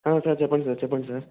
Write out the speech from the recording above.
sir చెప్పండి sir చెప్పండి sir